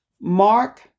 Mark